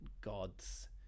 God's